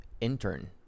intern